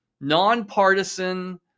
nonpartisan